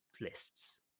lists